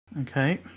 Okay